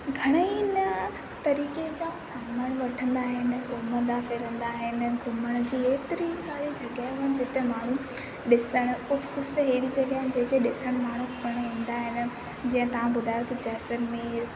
घणेई न तरीक़े जा सामान वठंदा आहिनि घुमंदा फिरंदा आहिनि घुमण जी एतिरियूं सारियूं जॻहियूं आहिनि जिते माण्हूं ॾिसणु कुझु कुझु हेड़ियूं जॻहियूं आहिनि जेके ॾिसणु माण्हूं पिणि ईंदा आहिनि जीअं तव्हां ॿुधायो त जैसलमेर